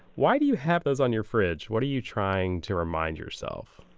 why do you have those on your fridge? what are you trying to remind yourself?